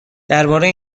درباره